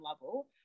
level